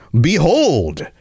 Behold